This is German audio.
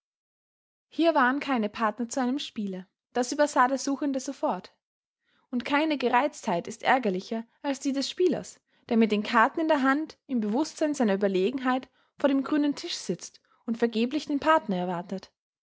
hier waren keine partner zu einem spiele das übersah der suchende sofort und keine gereiztheit ist ärgerlicher als die des spielers der mit den karten in der hand im bewußtsein seiner überlegenheit vor dem grünen tisch sitzt und vergeblich den partner erwartet